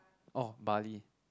orh bali